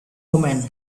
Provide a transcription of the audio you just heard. woman